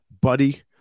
Buddy